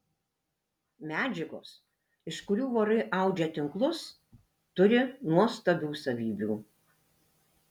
medžiagos iš kurių vorai audžia tinklus turi nuostabių savybių